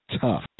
Tough